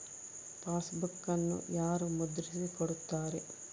ಪಾಸ್ಬುಕನ್ನು ಯಾರು ಮುದ್ರಿಸಿ ಕೊಡುತ್ತಾರೆ?